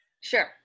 Sure